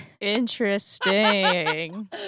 Interesting